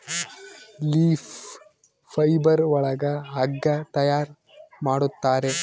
leaf fibre ಒಳಗ ಹಗ್ಗ ತಯಾರ್ ಮಾಡುತ್ತಾರೆ